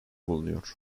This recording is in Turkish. bulunuyor